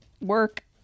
work